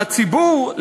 מהציבור,